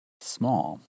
small